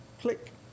click